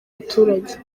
baturage